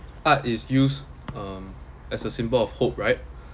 art is used um as a symbol of hope right